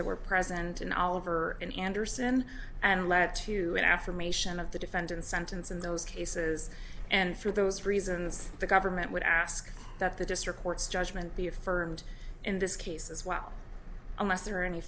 that were present in oliver and anderson and led to an affirmation of the defendant's sentence in those cases and through those reasons the government would ask that the district court's judgment be affirmed in this case as well unless there a